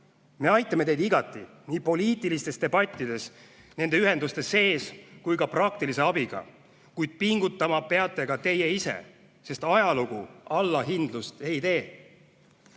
Me aitame teid igati nii poliitilistes debattides, nende ühenduste sees kui ka praktilise abiga. Kuid pingutama peate ka teie ise, sest ajalugu allahindlust ei tee.